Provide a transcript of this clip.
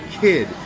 kid